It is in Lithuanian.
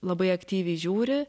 labai aktyviai žiūri